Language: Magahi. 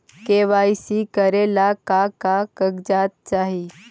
के.वाई.सी करे ला का का कागजात चाही?